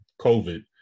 COVID